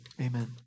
amen